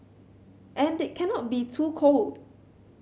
and it cannot be too cold